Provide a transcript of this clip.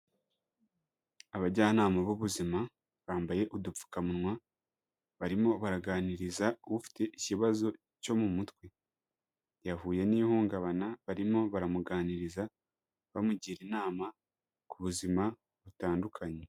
Abajyanama b'ubuzima bambaye udupfukamunwa barimo baraganiriza ufite ikibazo cyo mu mutwe, yahuye n'ihungabana barimo baramuganiriza bamugira inama ku buzima butandukanye.